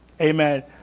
Amen